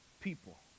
people